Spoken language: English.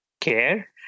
care